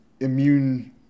Immune